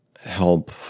help